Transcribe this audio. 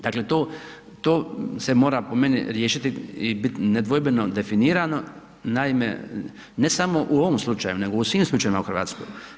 Dakle to, to se mora po meni riješiti i bit nedvojbeno definirano, naime ne samo u ovom slučaju, nego u svim slučajevima u Hrvatskoj.